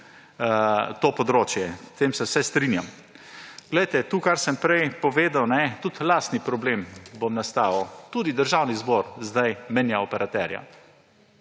to področje. S tem se vse strinjam. To, kar sem prej povedal, tudi lastni problem bom nastavil, tudi Državni zbor sedaj menja operaterja.